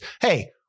Hey-